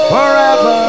Forever